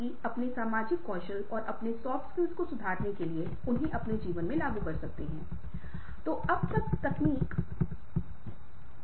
और वह सब कुछ अपने आप से करने की कोशिश कर रहा था जो असंभव था